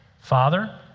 Father